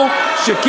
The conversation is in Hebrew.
נכון.